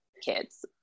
kids